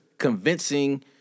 Convincing